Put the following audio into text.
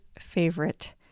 favorite